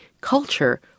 culture